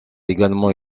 également